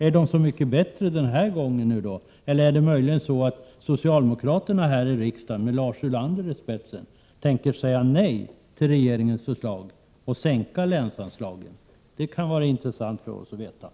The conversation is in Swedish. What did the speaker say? Är de så mycket bättre den här gången? Eller tänker möjligen socialdemokraterna i riksdagen, med Lars Ulander i spetsen, säga nej till regeringens förslag och sänka länsanslagen? Det kunde vara intressant för oss att få veta.